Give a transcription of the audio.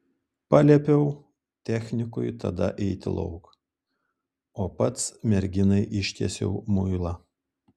paliepiau technikui tada eiti lauk o pats merginai ištiesiau muilą